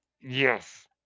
Yes